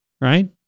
Right